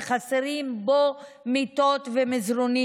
שחסרים בו מיטות ומזרנים.